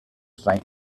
saint